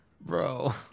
bro